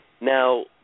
Now